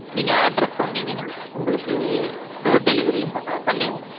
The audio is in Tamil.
நீங்கள் அட்ரஸ் சொன்னீங்கன்னா உங்களுக்கு டோர் டெலிவரியும் ப ஆ பண்ணிருவோங்க